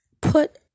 put